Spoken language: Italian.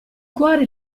cuore